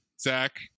Zach